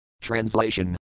translation